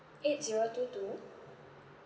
eight zero two two